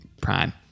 Prime